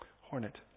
hornet